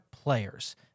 Players